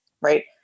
right